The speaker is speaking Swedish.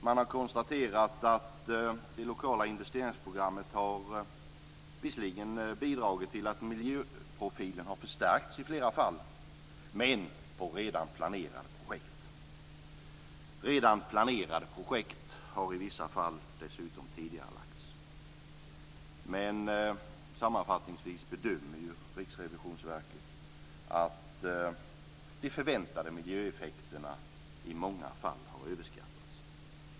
Man har konstaterat att de lokala investeringsprogrammen visserligen har bidragit till att miljöprofilen har förstärkts i flera fall. Men det har gällt redan planerade projekt. Redan planerade projekt har i vissa fall dessutom tidigarelagts. Men sammanfattningsvis bedömer Riksrevisionsverket att de förväntade miljöeffekterna i många fall har överskattats.